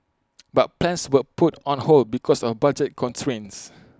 but plans were put on hold because of budget constraints